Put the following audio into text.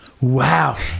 Wow